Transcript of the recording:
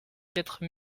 quatre